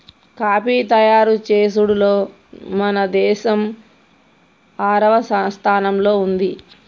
coffee తయారు చేసుడులో మన దేసం ఆరవ స్థానంలో ఉంది